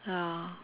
ya